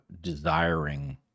Desiring